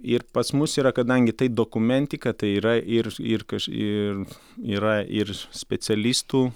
ir pas mus yra kadangi tai dokumentika tai yra ir ir kas ir yra ir specialistų